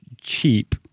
cheap